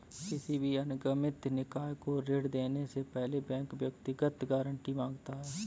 किसी भी अनिगमित निकाय को ऋण देने से पहले बैंक व्यक्तिगत गारंटी माँगता है